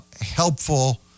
helpful